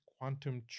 Quantum